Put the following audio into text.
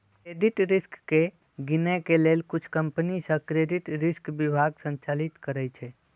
credit risk के गिनए के लेल कुछ कंपनि सऽ क्रेडिट रिस्क विभागो संचालित करइ छै